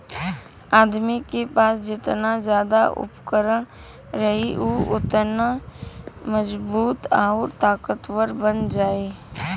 आदमी के पास जेतना जादा उपकरण रही उ ओतने मजबूत आउर ताकतवर बन जाई